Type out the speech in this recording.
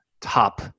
top